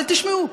אבל תשמעו,